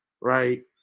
right